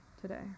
today